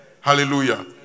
Hallelujah